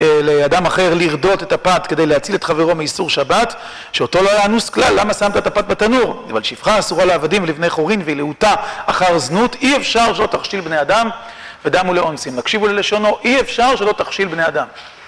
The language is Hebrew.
לאדם אחר לרדות את הפת כדי להציל את חברו מאיסור שבת, שאותו לא היה אנוס כלל. למה שם את הפת בתנור? אבל שפחה אסורה לעבדים ולבני חורין והיא להוטה אחר זנות, אי אפשר שלא תכשיל בני אדם ודמו לאונסים. תקשיבו ללשונו, אי אפשר שלא תכשיל בני אדם.